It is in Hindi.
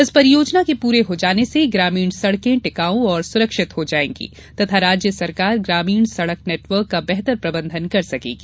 इस परियोजना के पूरे हो जाने से ग्रामीण सड़कें टिकाऊ और सुरक्षित हो जाएंगी तथा राज्य सरकार ग्रामीण सड़क नेटवर्क का बेहतर प्रबंधन कर सकेगी